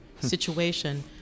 situation